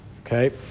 Okay